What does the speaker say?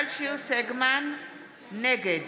נגד